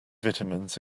vitamins